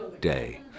day